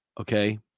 Okay